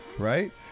right